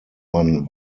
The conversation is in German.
man